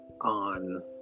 on